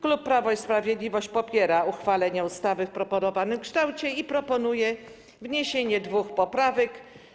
Klub Prawo i Sprawiedliwość popiera uchwalenie ustawy w proponowanym kształcie i proponuje wniesienie dwóch poprawek.